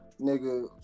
nigga